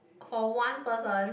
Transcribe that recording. for one person